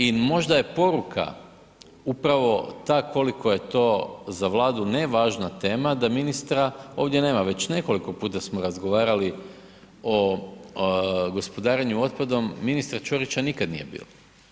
I možda je poruka upravo ta koliko je to za Vladu nevažna tema da ministra ovdje nema, već nekoliko puta smo razgovarali o gospodarenju otpadom, ministra Čorića nikad nije bilo.